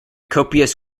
copious